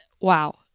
Wow